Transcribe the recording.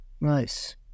Nice